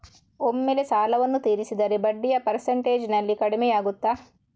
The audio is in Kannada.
ಒಮ್ಮೆಲೇ ಸಾಲವನ್ನು ತೀರಿಸಿದರೆ ಬಡ್ಡಿಯ ಪರ್ಸೆಂಟೇಜ್ನಲ್ಲಿ ಕಡಿಮೆಯಾಗುತ್ತಾ?